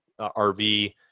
RV